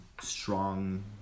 strong